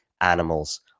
animals